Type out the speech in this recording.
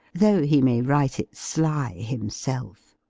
though he may write it sly, himself.